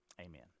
Amen